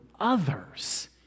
Others